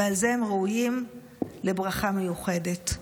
ועל זה הם ראויים לברכה מיוחדת.